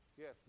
Yes